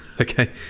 okay